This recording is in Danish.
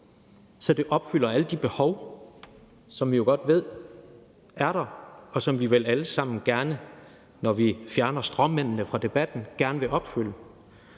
så det opfylder alle de behov, som vi jo godt ved er der, og som vi vel alle sammen gerne, når vi fjerner stråmændene fra debatten, vil opfylde.